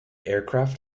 aircraft